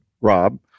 Rob